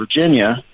Virginia